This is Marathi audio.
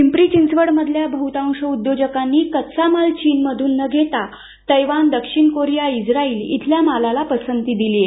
पिंपरी चिंचवड मधल्या बह्तांश उद्योजकांनी कच्चा माल चीन मधून न घेता तैवानदक्षिण कोरिया इस्त्राईल इथल्या मालाला पसंती दिली आहे